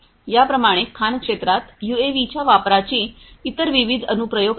या प्रमाणे खाण क्षेत्रात यूएव्हीच्या वापराची इतर विविध अनुप्रयोग आहेत